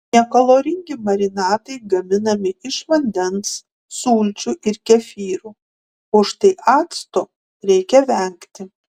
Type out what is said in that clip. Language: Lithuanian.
nekaloringi marinatai gaminami iš vandens sulčių ir kefyro o štai acto reikia vengti